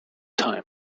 time